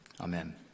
Amen